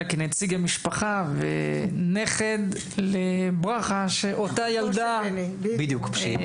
אלא כנציג המשפחה ונכד לברכה של אותה ילדה בצהוב.